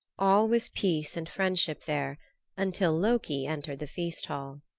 all was peace and friendship there until loki entered the feast hall.